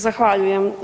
Zahvaljujem.